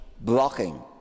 blocking